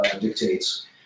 dictates